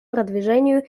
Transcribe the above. продвижению